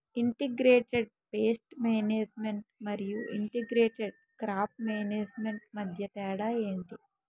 integrated pest management మరియు integrated crop management మధ్య తేడా ఏంటి